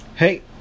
Hey